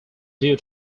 due